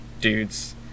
dudes